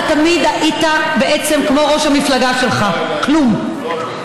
אתה תמיד היית בעצם כמו ראש המפלגה שלך: כלום.